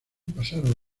pasaron